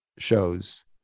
shows